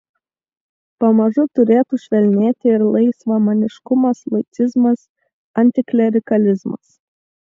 pamažu turėtų švelnėti ir laisvamaniškumas laicizmas antiklerikalizmas